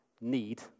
need